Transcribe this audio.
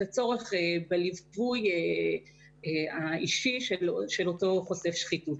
הצורך בליווי האישי של אותו חושף שחיתות.